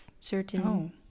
certain